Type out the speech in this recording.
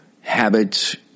habits